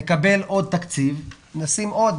נקבל עוד תקציב, נשים עוד.